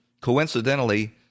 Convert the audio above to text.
coincidentally